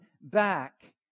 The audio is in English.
back